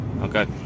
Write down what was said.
Okay